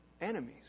enemies